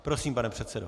Prosím, pane předsedo.